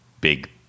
big –